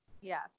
Yes